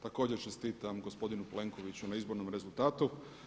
Također čestitam gospodinu Plenkoviću na izbornom rezultatu.